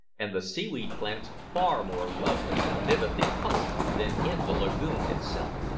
and the seaweed plants far more lovely and vividly coloured, than in the lagoon itself.